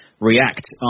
React